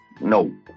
no